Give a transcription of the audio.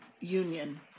union